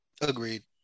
agreed